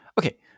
Okay